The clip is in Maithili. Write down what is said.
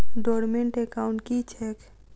डोर्मेंट एकाउंट की छैक?